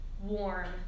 warm